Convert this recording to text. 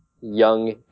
young